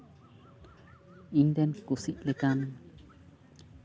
ᱤᱧᱨᱮᱱ ᱠᱩᱥᱤᱜ ᱞᱮᱠᱟᱱ